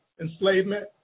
Enslavement